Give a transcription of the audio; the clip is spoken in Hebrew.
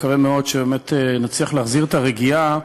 שבאמת נצליח להחזיר את הרגיעה